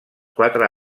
quatre